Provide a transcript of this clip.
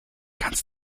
ganz